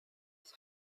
ist